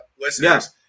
listeners